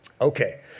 Okay